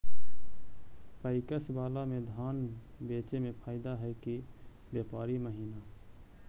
PACS बाला में धान बेचे मे फायदा है कि व्यापारी महिना?